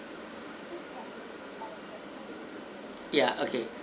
ya okay